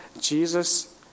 Jesus